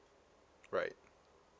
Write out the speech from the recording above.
right